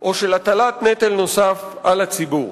או של הטלת נטל נוסף על הציבור.